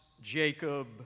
Jacob